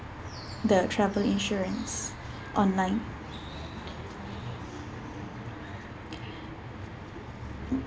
the travel insurance online